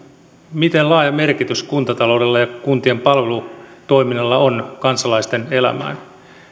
miten laaja merkitys kuntataloudella ja kuntien palvelutoiminnalla on kansalaisten elämään